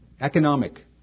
economic